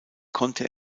konnte